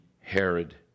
Herod